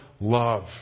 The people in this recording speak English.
love